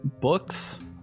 books